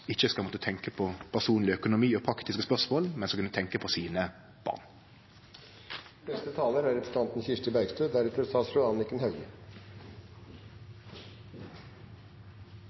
ikkje skal måtte tenkje på personleg økonomi og praktiske spørsmål, men skal kunne tenkje på sine